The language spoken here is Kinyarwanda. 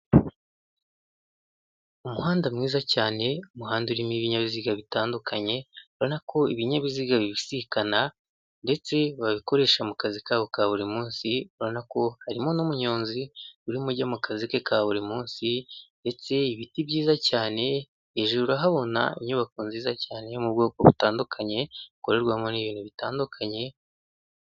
Umuhanda mwiza cyane umuhanda urimo ibinyabiziga bitandukanye, urabona ko ibinyabiziga bibisikana ndetse babikoresha mu kazi kabo ka buri munsi .Urabona ko harimo n'umuyonzi urimo ujya mu kazi ke ka buri munsi. Ndetse ibiti byiza cyane hejuru urahabona inyubako nziza cyane yo mu bwoko butandukanye ikorerwamo n'ibintu bitandukanye.